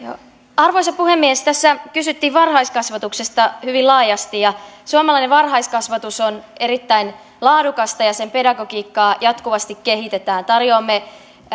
arvoisa puhemies tässä kysyttiin varhaiskasvatuksesta hyvin laajasti suomalainen varhaiskasvatus on erittäin laadukasta ja sen pedagogiikkaa jatkuvasti kehitetään tarjoamme